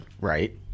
right